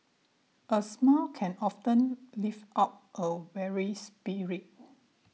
a smile can often lift up a weary spirit